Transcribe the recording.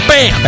Bam